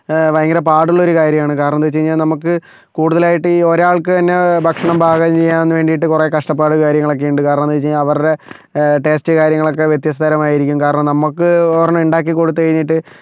ഭയങ്കര പാടുള്ള ഒരു കാര്യമാണ് കാരണമെന്താ വെച്ച് കഴിഞ്ഞാൽ നമുക്ക് കൂടുതലായിട്ട് ഈ ഒരാൾക്ക് തന്നെ ഭക്ഷണം പാകം ചെയ്യാൻ വേണ്ടിയിട്ട് കുറേ കഷ്ടപ്പാട് കാര്യങ്ങളൊക്കെ ഉണ്ട് കാരണം എന്താ വെച്ചുകഴിഞ്ഞാൽ അവരുടെ ടേസ്റ്റ് കാര്യങ്ങളൊക്കെ വ്യത്യസ്തതരമായിരിക്കും കാരണം നമുക്ക് ഒരെണ്ണം ഉണ്ടാക്കി കൊടുത്തുകഴിഞ്ഞിട്ട്